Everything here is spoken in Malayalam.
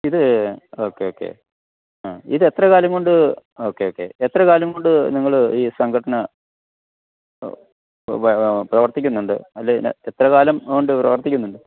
ഇത് ഓക്കെ ഓക്കെ ആ ഇത് എത്രകാലം കൊണ്ട് ഓക്കെ ഓക്കെ എത്രകാലം കൊണ്ട് നിങ്ങൾ ഈ സംഘടന പ്രവർത്തിക്കുന്നുണ്ട് അതിൽ എത്രകാലം കൊണ്ട് പ്രവർത്തിക്കുന്നുണ്ട്